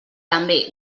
també